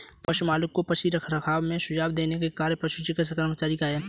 पशु मालिक को पशु रखरखाव में सुझाव देने का कार्य पशु चिकित्सा कर्मचारी का है